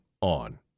on